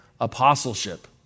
apostleship